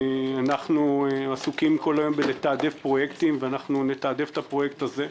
אנחנו עסוקים כל הזמן בתעדוף פרויקטים ואנחנו נתעדף את הפרויקט הזה.